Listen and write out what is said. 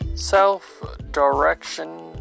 Self-Direction